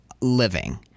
living